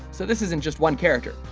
so this isn't just one character,